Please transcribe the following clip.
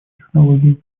технологии